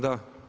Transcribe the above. Da.